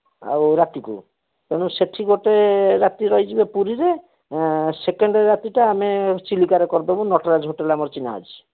ଆଉ ରାତିକୁ ତେଣୁ ସେଠି ଗୋଟେ ରାତି ରହିଯିବେ ପୁରୀରେ ସେକେଣ୍ଡ ରାତିଟା ଆମେ ଚିଲିକାରେ କରିଦେବୁ ନଟରାଜ ହୋଟେଲ୍ ଆମର ଚିହ୍ନା ଅଛି